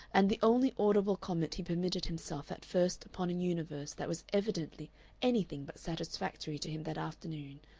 and the only audible comment he permitted himself at first upon a universe that was evidently anything but satisfactory to him that afternoon,